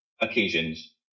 occasions